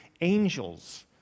angels